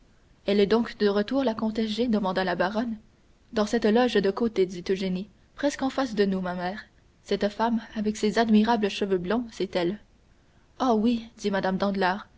elle est donc de retour la comtesse g demanda la baronne dans cette loge de côté dit eugénie presque en face de nous ma mère cette femme avec ces admirables cheveux blonds c'est elle oh oui dit mme